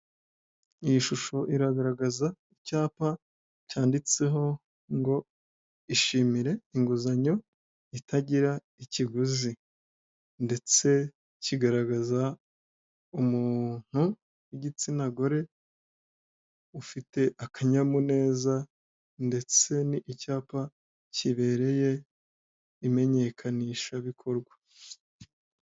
Iyi shusho iragaragaza, icyapa cyanditseho ngo:"Ishimire inguzanyo itagira ikiguzi",ndetse kigaragaza umuntu w'igitsina gore, ufite akanyamuneza ndetse ni icyapa kibereye imenyekanishabikorwa.